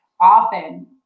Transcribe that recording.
often